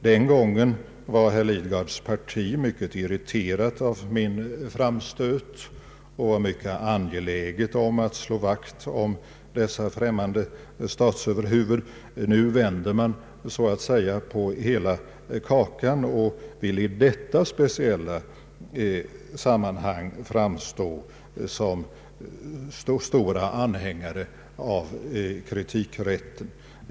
Den gången var herr Lidgards parti mycket irriterat över min framstöt och var mycket angeläget om att slå vakt om dessa främmande statsöverhuvuden. Nu vänder man så att säga på hela kakan och vill i detta speciella sammanhang framstå som stora anhängare av kritikrätten.